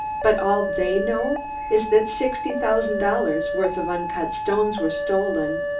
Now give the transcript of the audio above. but all they know is that sixty thousand dollars' worth of uncut stones were stolen.